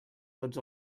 tots